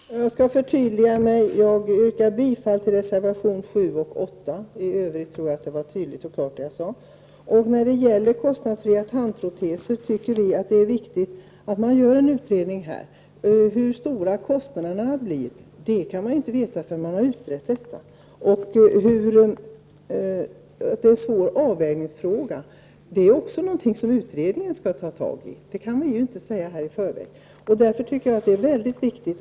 Herr talman! Jag skall förtydliga mig. Jag avsåg att yrka bifall till reservationerna nr 7 och 8. I övrigt tror jag att det jag sade var tydligt och klart. Vi anser att det är viktigt att det görs en utredning av frågan om kostnadsfria tandproteser. Hur stora kostnaderna härför blir kan man inte veta förrän frågan har utretts. Det har sagts att detta är en svår avvägningsfråga, men detta är ju också någonting som utredningen skall belysa. Därför tycker jag att det är viktigt att frågan blir föremål för en ordentlig utredning.